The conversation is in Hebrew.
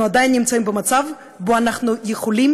אנחנו עדיין נמצאים במצב שבו אנחנו יכולים